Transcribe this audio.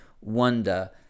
wonder